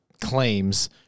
claims